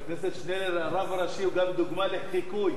חבר הכנסת שנלר, הרב הראשי הוא גם דוגמה לחיקוי.